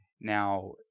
Now